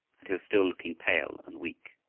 and he was still looking pale and weak.